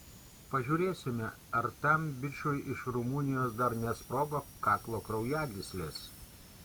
pažiūrėsime ar tam bičui iš rumunijos dar nesprogo kaklo kraujagyslės